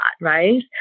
Right